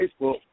Facebook